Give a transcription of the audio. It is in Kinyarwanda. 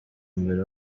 mbere